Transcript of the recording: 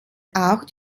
auch